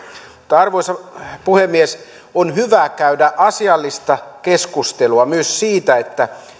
arvoisa puhemies on hyvä käydä asiallista keskustelua myös siitä